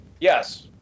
Yes